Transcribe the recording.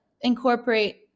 incorporate